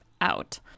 out